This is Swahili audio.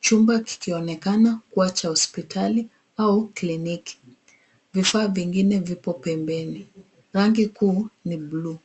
Chumba kikionekana kuwa cha hospitali au kliniki. Vifaa vingine vipo pembeni. Rangi kuu ni bluu.